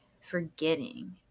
forgetting